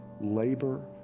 labor